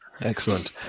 Excellent